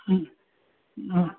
ಹ್ಞೂ ಹಾಂ